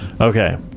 Okay